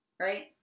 Right